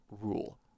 rule